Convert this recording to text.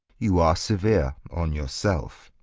you are severe on yourself.